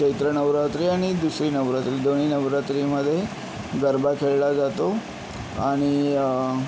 चैत्र नवरात्री आणि दुसरी नवरात्री दोन्ही नवरात्रीमध्ये गरबा खेळला जातो आणि